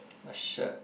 a shirt